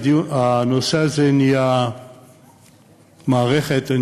הנושא הזה נהיה מערכת,